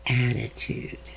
attitude